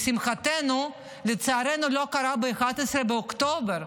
לשמחתנו, לצערנו לא קרה ב-11 באוקטובר.